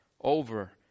over